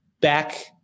back